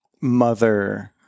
Mother